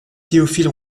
théophile